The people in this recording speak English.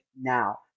now